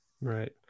Right